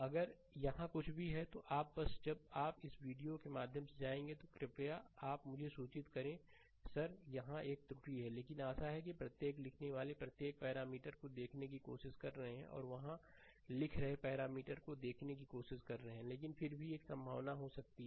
अगर यह कुछ भी है तो आप बस जब आप इस वीडियो के माध्यम से जाएंगे तो आप कृपया मुझे सूचित करें सर वहां यह एक त्रुटि है लेकिन आशा है कि प्रत्येक लिखने वाले प्रत्येक पैरामीटर को देखने की कोशिश कर रहे हैं और वहां लिख रहे हर पैरामीटर को देखने की कोशिश कर रहे हैं लेकिन फिर भी एक संभावना हो सकती है